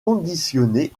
conditionné